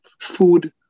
Food